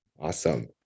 Awesome